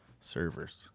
server's